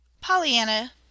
Pollyanna